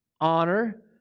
honor